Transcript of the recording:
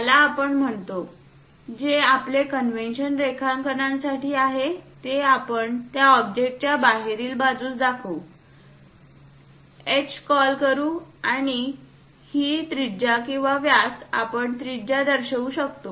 याला आपण म्हणतो जे आपले कन्व्हेन्शन रेखांकनामध्ये आहे ते आपण त्या ऑब्जेक्टच्या बाहेरील बाजूस दाखवू H कॉल करू आणि ही त्रिज्या किंवा व्यास आपण त्रिज्या दर्शवू शकतो